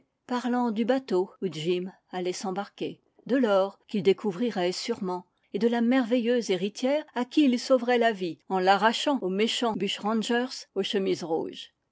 parlant du bateau où jim allait s'embarquer de l'or qu'il découvrirait sûrement et de la merveilleuse héritière à qui il sauverait la vie en l'arrachant aux méchants bushrangers aux chemises rouges